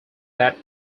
that